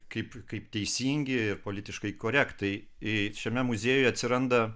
kaip kaip teisingi ir politiškai korekt tai šiame muziejuje atsiranda